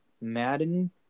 Madden